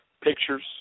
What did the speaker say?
pictures